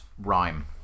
Rhyme